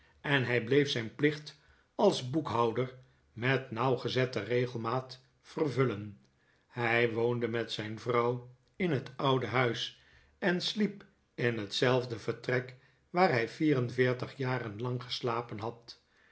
en hij bleef zijn plicht als boekhouder met nauwgezette regelmaat vervullen hij woonde met zijn vrouw in het oude huis en sliep in hetzelfde vertrek waar hij vier en veertig jaren lang geslapen had